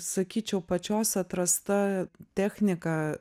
sakyčiau pačios atrasta technika